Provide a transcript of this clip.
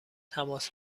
تماس